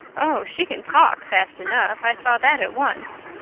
oh, she can talk fast enough. i saw that at once.